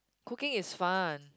cooking is fun